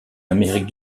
amérique